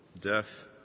Death